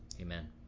amen